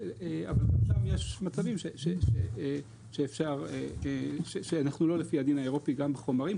עכשיו יש מצבים שאנחנו לא לפי הדין האירופי גם בחומרים.